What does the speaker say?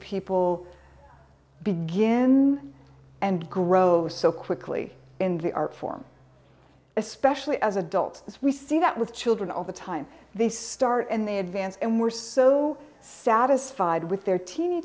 people begin and grow so quickly in the art form especially as adults as we see that with children all the time they start and they advance and we're so satisfied with their teeny